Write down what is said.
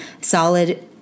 solid